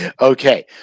Okay